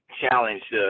challenge